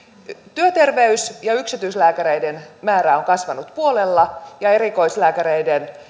työterveys ja yksityislääkäreiden määrä on kasvanut puolella ja erikoislääkäreiden